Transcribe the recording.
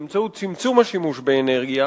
באמצעות צמצום השימוש באנרגיה